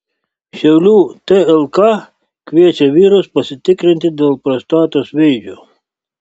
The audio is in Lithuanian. šiaulių tlk kviečia vyrus pasitikrinti dėl prostatos vėžio